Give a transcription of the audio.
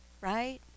right